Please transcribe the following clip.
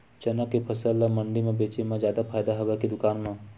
चना के फसल ल मंडी म बेचे म जादा फ़ायदा हवय के दुकान म?